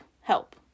help